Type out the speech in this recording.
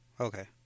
Okay